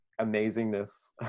amazingness